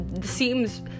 seems